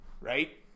Right